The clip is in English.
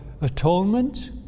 atonement